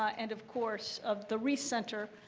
and, of course, of the reiss center,